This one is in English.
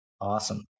Awesome